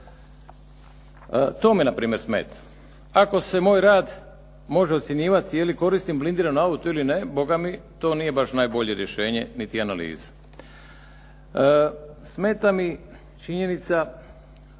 To me na primjer smeta. Ako se moj rad može ocjenjivati je li koristim blindiran auto ili ne to nije baš najbolje rješenje niti analiza. Smeta mi činjenica